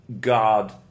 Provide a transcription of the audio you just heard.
God